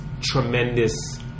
tremendous